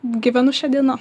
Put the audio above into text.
gyvenu šia diena